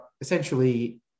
essentially